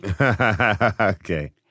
Okay